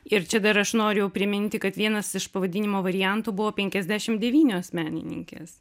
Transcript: ir čia dar aš noriu priminti kad vienas iš pavadinimo variantų buvo penkiasdešim devynios menininkės